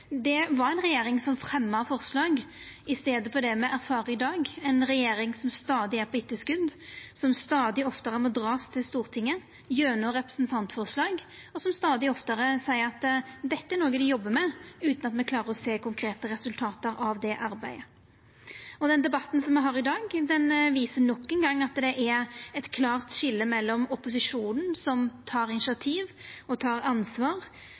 Det var ei regjering som fremja forslag i staden for det me erfarer i dag, ei regjering som stadig er på etterskot, som stadig oftare må verta dregen til Stortinget gjennom representantforslag, og som stadig oftare seier at dette er noko dei jobbar med, utan at me klarer å sjå konkrete resultat av det arbeidet. Den debatten som me har i dag, viser nok ein gong at det er eit klårt skilje mellom dei og opposisjonen, som tek initiativ og ansvar,